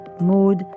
mood